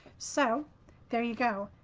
so there you go.